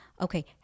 okay